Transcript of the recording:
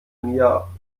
mir